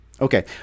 Okay